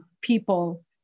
people